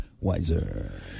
Wiser